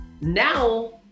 now